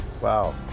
Wow